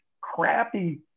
crappy